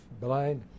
blind